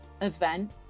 event